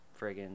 friggin